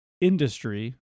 Industry